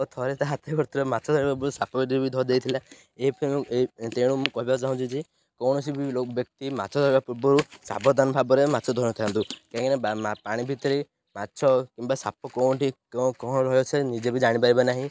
ଥରେ ତା' ହାତ କରୁଥିବା ମାଛ ଧରିବା ସାପରେ ବି ଧରିଦେଇଥିଲା ମୁଁ ତେଣୁ ମୁଁ କହିବାକୁ ଚାହୁଁଛି ଯେ କୌଣସି ବ୍ୟକ୍ତି ମାଛ ଧରିବା ପୂର୍ବରୁ ସାବଧାନ ଭାବରେ ମାଛ ଧରିଥାନ୍ତୁ କାହିଁକି ନା ପାଣି ଭିତରେ ମାଛ କିମ୍ବା ସାପ କେଉଁଠି କ'ଣ ରହିବ ସେ ନିଜେ ବି ଜାଣିପାରିବେ ନାହିଁ